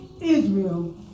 Israel